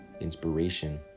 inspiration